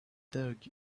dog